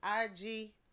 IG